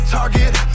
Target